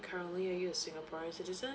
currently are you a singaporean citizen